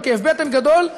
בכאב בטן גדול,